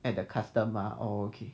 at the custom orh okay